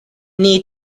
need